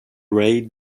ray